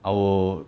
I will